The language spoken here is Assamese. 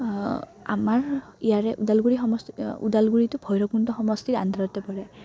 আমাৰ ইয়াৰে ওদালগুৰি সম ওদালগুৰিটো ভৈৰৱকুণ্ড সমষ্টিৰ আণ্ডাৰতে পৰে